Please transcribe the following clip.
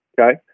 okay